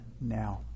now